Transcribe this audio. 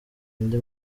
andi